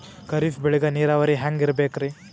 ಖರೀಫ್ ಬೇಳಿಗ ನೀರಾವರಿ ಹ್ಯಾಂಗ್ ಇರ್ಬೇಕರಿ?